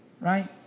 Right